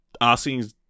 asking